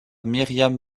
myriam